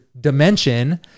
dimension